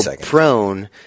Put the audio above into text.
prone